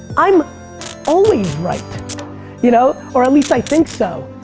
i'm always right you know or at least i think so.